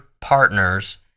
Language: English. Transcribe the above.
partners